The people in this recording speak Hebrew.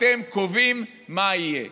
אתם קובעים מה יהיה.